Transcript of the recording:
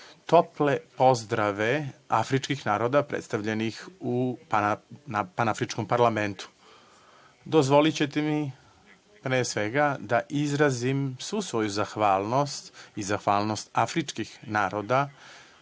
tople pozdrave afričkih naroda predstavljenih u Panafričkom parlamentu. Dozvolićete mi pre svega da izrazim svu svoju zahvalnost i zahvalnost afričkih naroda